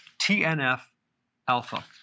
TNF-alpha